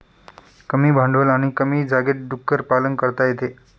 कमी भांडवल आणि कमी जागेत डुक्कर पालन करता येते